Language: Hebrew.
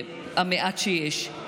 המעט שיש.